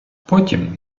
потім